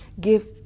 give